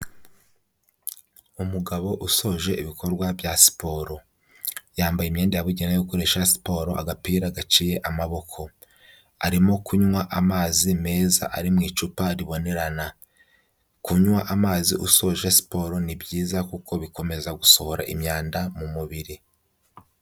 Umugabo usoje ibikorwa bya siporo, yambaye imyenda yabugenewe yo gukoresha siporo, agapira gaciye amaboko, arimo kunywa amazi meza ari mu icupa ribonerana, kunywa amazi usoje siporo ni byiza kuko bikomeza gusohora imyanda mu mubiri.